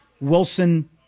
Wilson